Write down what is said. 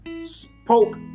spoke